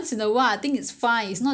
如果你